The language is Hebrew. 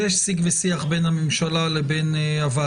יש שיג ושיח בין הממשלה לוועדה.